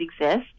exist